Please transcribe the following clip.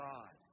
God